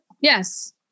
yes